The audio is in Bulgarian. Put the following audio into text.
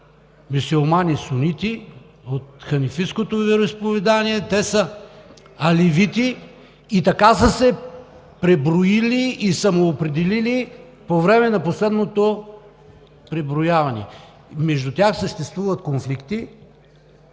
мюсюлмани сунити от ханефитското вероизповедание, те са алевити и така са се преброили и самоопределили по време на последното преброяване. Между тях съществуват конфликти,